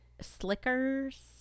slickers